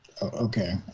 Okay